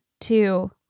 two